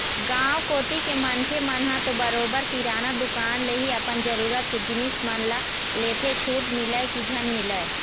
गाँव कोती के मनखे मन ह तो बरोबर किराना दुकान ले ही अपन जरुरत के जिनिस मन ल लेथे छूट मिलय की झन मिलय